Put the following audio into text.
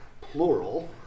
plural